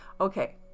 Okay